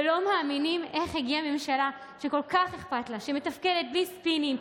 ולא מאמינים שפשוט יש ממשלה שמתפקדת בלי ספינים,